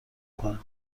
کنم